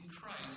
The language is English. Christ